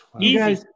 easy